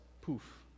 poof